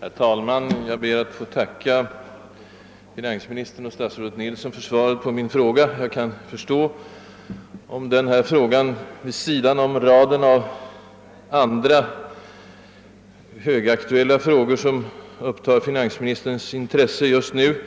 Herr talman! Jag ber att få tacka för svaret på min fråga. Jag kan förstå om denna fråga vid sidan av raden av andra högaktuella frågor, som upptar finansministerns intresse just nu, möjligen